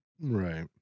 Right